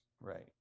Right